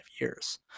years